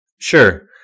Sure